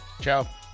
Ciao